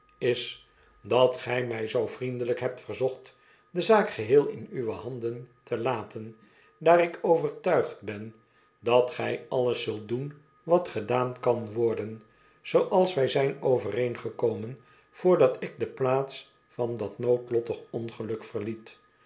is dat gij mij zoo vriendelijk hebt verzocht de zaak geheel in uwe handen te laten daar ik overtuigd ben dat gij alles zult doen wat gedaan kan worden zooals wij zijn overeengekomen vrdat ik de plaats van dat noodlottig ongeluk verliet